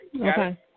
Okay